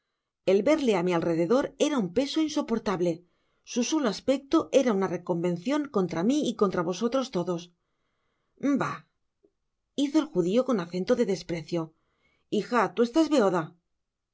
el verle á mi alrededor era un peso insoportable su solo aspecto era una reconvencion contra mi y contra vosotros todos ba hizo el judio con acento de desprecio hija tu estás beoda